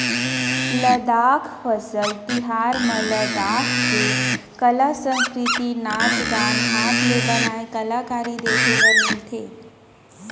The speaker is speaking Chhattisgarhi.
लद्दाख फसल तिहार म लद्दाख के कला, संस्कृति, नाच गाना, हात ले बनाए कलाकारी देखे बर मिलथे